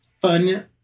fun